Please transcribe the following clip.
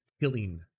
killing